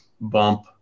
bump